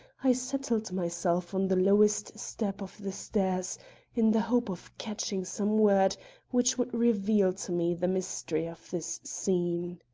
i settled myself on the lowest step of the stairs in the hope of catching some word which would reveal to me the mystery of this scene.